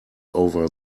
over